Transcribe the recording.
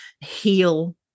heal